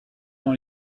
dans